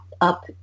up